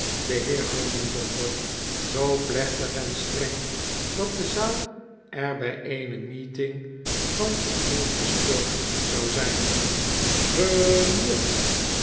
de heer honigdonder zoo plechtig en streng dat de zaal er bg eene meeting van ingestort zou zp g